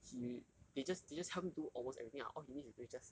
he they just they just help him do almost everything ah all he needs to do is just